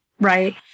Right